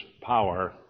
power